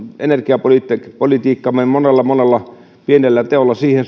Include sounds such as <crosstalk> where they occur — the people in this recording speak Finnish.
energiapolitiikkamme monella monella pienellä teolla siihen <unintelligible>